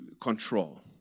control